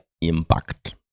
impact